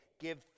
give